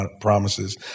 promises